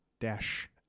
dash